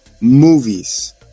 movies